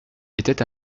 était